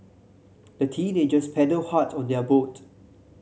the teenagers paddled hard on their boat